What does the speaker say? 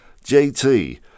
JT